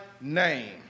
name